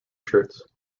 shirts